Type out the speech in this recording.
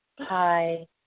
Hi